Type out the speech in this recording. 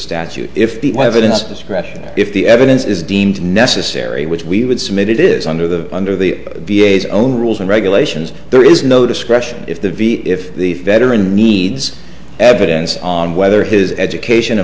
discretion if the evidence is deemed necessary which we would submit it is under the under the v a s own rules and regulations there is no discretion if the v a if the veteran needs evidence on whether his education a